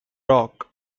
rock